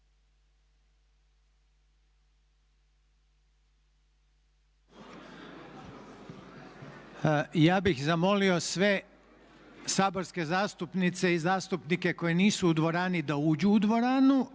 Ja bih zamolio sve saborske zastupnice i zastupnike koji nisu u dvorani da uđu u dvoranu